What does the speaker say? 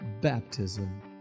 baptism